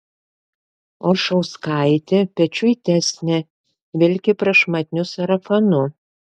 oršauskaitė pečiuitesnė vilki prašmatniu sarafanu